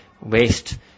Waste